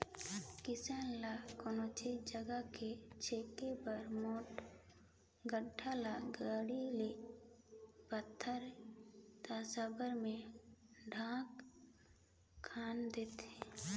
किसान ल कोनोच जगहा ल छेके बर मोट गेड़ा ल गाड़े ले परथे ता साबर मे ढोड़गा खनथे